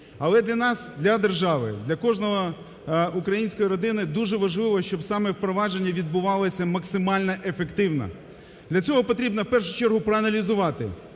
Але для нас, для держави, для кожної української родини, щоб саме впровадження відбувалося максимально ефективно. Для цього потрібно в першу чергу проаналізувати